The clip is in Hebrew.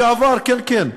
לשעבר, כן, כן.